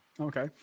Okay